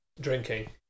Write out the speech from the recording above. drinking